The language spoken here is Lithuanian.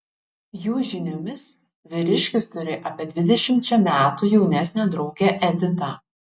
jų žiniomis vyriškis turi apie dvidešimčia metų jaunesnę draugę editą